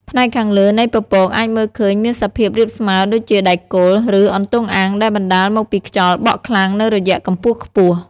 ផ្នែកខាងលើនៃពពកអាចមើលឃើញមានសភាពរាបស្មើដូចជាដែកគោល ឬអន្ទង់អាំង ដែលបណ្តាលមកពីខ្យល់បក់ខ្លាំងនៅរយៈកម្ពស់ខ្ពស់។